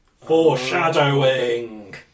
Foreshadowing